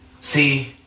See